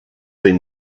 been